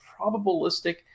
probabilistic